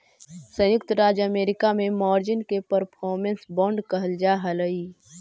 संयुक्त राज्य अमेरिका में मार्जिन के परफॉर्मेंस बांड कहल जा हलई